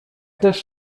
też